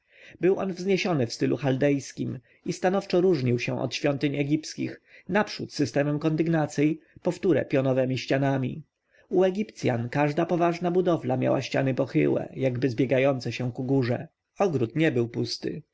był on wzniesiony w stylu chaldejskim i stanowczo różnił się od świątyń egipskich naprzód systemem kondygnacyj powtóre pionowemi ścianami u egipcjan każda poważna budowla miała ściany pochyłe jakby zbiegające się ku górze ogród nie był pusty